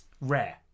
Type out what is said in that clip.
Rare